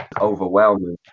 overwhelming